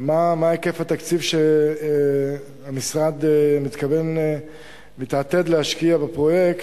מהו היקף התקציב שהמשרד מתעתד להשקיע בפרויקט?